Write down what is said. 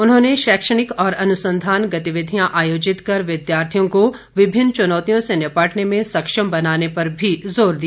उन्होंने शैक्षणिक और अनुसंधान गतिविधियां आयोजित कर विद्यार्थियों को विभिन्न चुनौतियों से निपटने में सक्षम बनाने पर भी जोर दिया